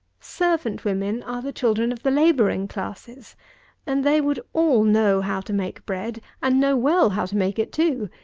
servant women are the children of the labouring classes and they would all know how to make bread, and know well how to make it too,